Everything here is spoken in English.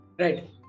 right